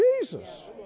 Jesus